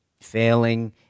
Failing